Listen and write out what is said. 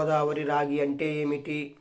గోదావరి రాగి అంటే ఏమిటి?